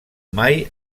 mai